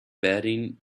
betting